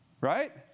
Right